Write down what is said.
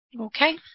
Okay